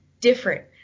different